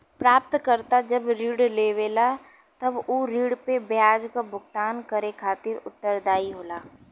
प्राप्तकर्ता जब ऋण लेवला तब उ ऋण पे ब्याज क भुगतान करे खातिर उत्तरदायी होला